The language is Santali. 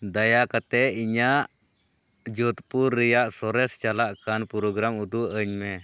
ᱫᱟᱭᱟ ᱠᱟᱛᱮ ᱤᱧᱟᱹᱜ ᱡᱳᱫᱽᱯᱩᱨ ᱨᱮᱭᱟᱜ ᱥᱚᱨᱮᱥ ᱪᱟᱞᱟᱜ ᱠᱟᱱ ᱯᱨᱚᱜᱨᱟᱢ ᱩᱫᱩᱜ ᱟᱹᱧᱢᱮ